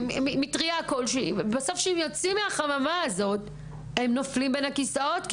מטריה כלשהי ובסוף כשהם יוצאים מהחממה הזו הם נופלים בין הכיסאות כי